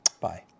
Bye